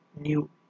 new